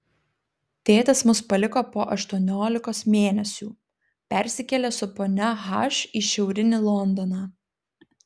tėtis mus paliko po aštuoniolikos mėnesių persikėlė su ponia h į šiaurinį londoną